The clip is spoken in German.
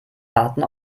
warten